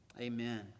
Amen